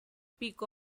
peak